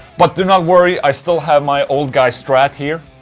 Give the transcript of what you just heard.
but do not worry, i still have my old guy strat here